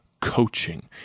coaching